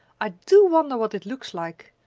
i do wonder what it looks like!